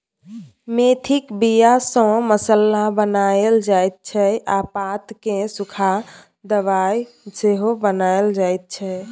मेथीक बीया सँ मसल्ला बनाएल जाइ छै आ पात केँ सुखा दबाइ सेहो बनाएल जाइ छै